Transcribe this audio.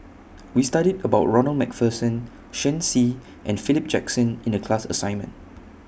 We studied about Ronald MacPherson Shen Xi and Philip Jackson in The class assignment